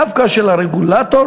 דווקא של הרגולטור,